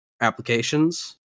applications